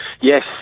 Yes